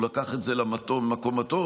הוא לקח את זה למקום הטוב,